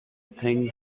thing